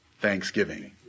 thanksgiving